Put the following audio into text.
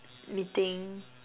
meeting